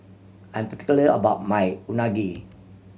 I'm particular about my Unagi